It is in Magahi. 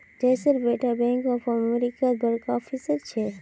जयेशेर बेटा बैंक ऑफ अमेरिकात बड़का ऑफिसर छेक